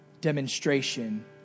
demonstration